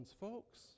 folks